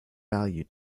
value